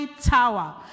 tower